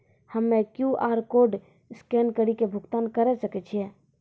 हम्मय QR code scan कड़ी के भुगतान करें सकय छियै?